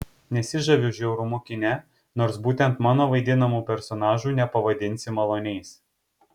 nesižaviu žiaurumu kine nors būtent mano vaidinamų personažų nepavadinsi maloniais